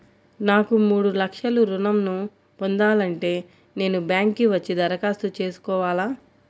నాకు మూడు లక్షలు ఋణం ను పొందాలంటే నేను బ్యాంక్కి వచ్చి దరఖాస్తు చేసుకోవాలా?